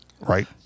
Right